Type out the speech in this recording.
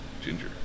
ginger